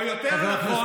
לך לקרמלין,